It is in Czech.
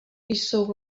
jsou